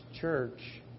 church